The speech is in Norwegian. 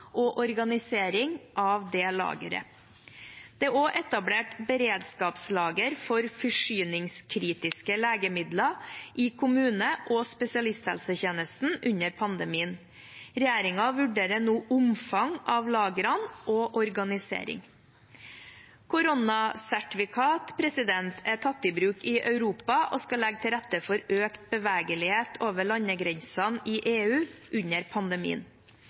og organisering av det lageret. Det er også etablert beredskapslagre for forsyningskritiske legemidler i kommune- og spesialisthelsetjenesten under pandemien. Regjeringen vurderer nå omfang av lagrene og organisering. Koronasertifikat er tatt i bruk i Europa og skal legge til rette for økt bevegelighet over landegrensene i EU under pandemien.